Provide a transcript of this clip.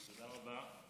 תודה רבה.